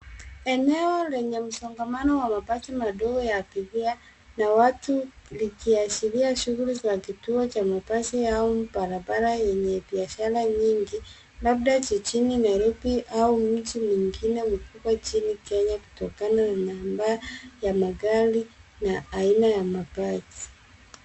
Eneo lenye msongamano wa mabasi madogo ya abiria na watu likiashiria shughuli ya kituo cha mabasi au barabara yenye biashara nyingi labda jijini Nairobi au mji mwingine mkubwa nchini Kenya kutokana na namba ya magari na aina ya mabasi.